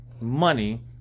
money